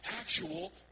actual